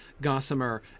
gossamer